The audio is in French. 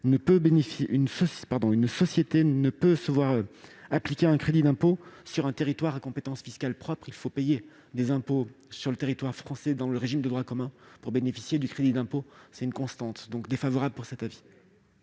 une société ne peut se voir appliquer un crédit d'impôt sur un territoire à compétence fiscale propre : il faut payer des impôts sur le territoire français dans le régime de droit commun pour en bénéficier. C'est une constante de notre droit fiscal.